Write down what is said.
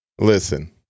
Listen